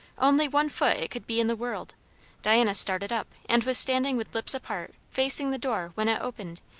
only one foot it could be in the world diana started up, and was standing with lips apart, facing the door, when it opened,